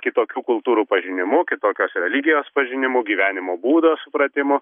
kitokių kultūrų pažinimu kitokios religijos pažinimu gyvenimo būdo supratimu